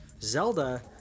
Zelda